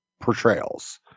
portrayals